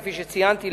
כפי שציינתי,